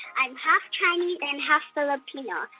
i'm half chinese and half filipino,